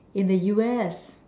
in the U_S